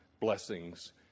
blessings